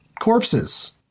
corpses